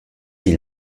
ils